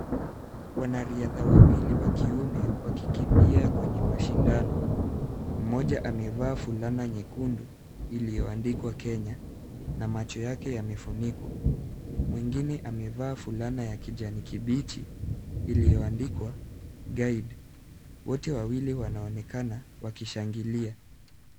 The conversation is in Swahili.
Wanariadha wawili wa kiume wakikimbia kwenye mashindano. Mmoja amevaa fulana nyekundu iliyo andikwa Kenya na macho yake yamefunikwa. Mwingine amevaa fulana ya kijani kibichi iliyoandikwa guide . Wote wawili wanaonekana wakishangilia.